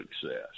success